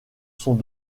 sont